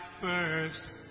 first